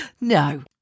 No